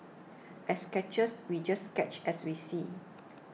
as sketchers we just sketch as we see